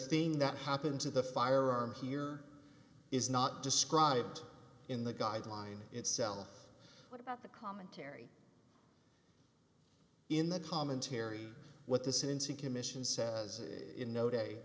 thing that happened to the firearm here is not described in the guideline itself what about the commentary in the commentary what the sentencing commission said in no day